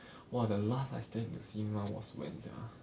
!wah! the last I step into cinema was when sia